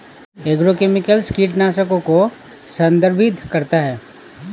agrochemicals कीटनाशकों को संदर्भित करता है